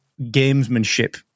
gamesmanship